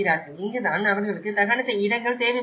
இங்குதான் அவர்களுக்கு தகன இடங்கள் தேவைப்படுகின்றன